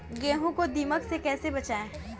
गेहूँ को दीमक से कैसे बचाएँ?